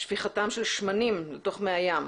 שפיכתם של שמנים לתוך מי הים.